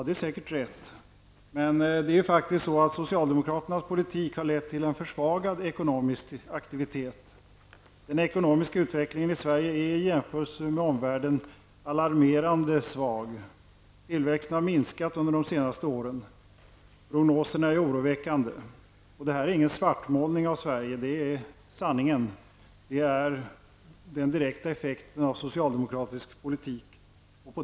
Det är säkert riktigt, men socialdemokraternas politik har faktiskt lett till en försvagad ekonomisk aktivitet. Den ekonomiska utvecklingen i Sverige är i jämförelse med omvärldens utveckling alarmerande svag. Tillväxten har minskat under de senaste åren, och prognoserna är oroväckande. Det här är ingen svartmålning av Sverige. Det är sanningen, den direkta effekten av socialdemokratisk politik.